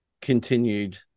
continued